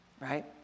Right